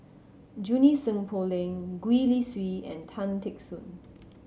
Junie Sng Poh Leng Gwee Li Sui and Tan Teck Soon